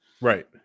Right